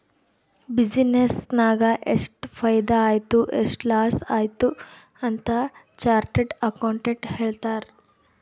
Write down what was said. business ನಾಗ್ ಎಷ್ಟ ಫೈದಾ ಆಯ್ತು ಎಷ್ಟ ಲಾಸ್ ಆಯ್ತು ಅಂತ್ ಚಾರ್ಟರ್ಡ್ ಅಕೌಂಟೆಂಟ್ ಹೇಳ್ತಾರ್